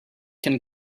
can